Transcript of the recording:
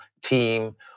team